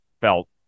felt